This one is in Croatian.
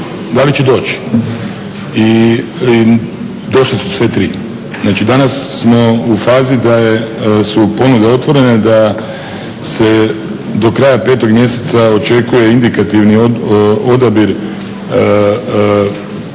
da li će doći i došle su sve tri, znači danas smo u fazi da su ponude otvorene, da se do kraja 5. mjeseca očekuje indikativni odabir